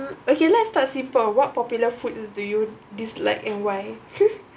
okay let's start simple what popular foods do you dislike and why